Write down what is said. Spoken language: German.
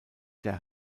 der